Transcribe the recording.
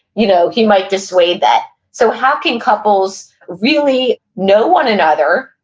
you know, he might dissuade that. so how can couples really know one another?